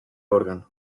órgano